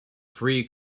free